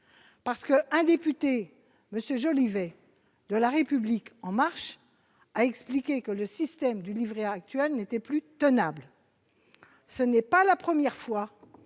parce qu'un député, monsieur Jolivet de la République en marche, a expliqué que le système du livret actuel n'était plus tenable, ce n'est pas la première fois